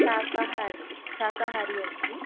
शाकाहारि शाकाहारि अस्ति